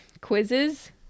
quizzes